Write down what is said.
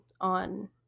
on –